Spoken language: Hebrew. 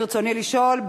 ברצוני לשאול: